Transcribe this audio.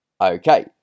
Okay